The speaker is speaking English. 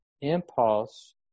impulse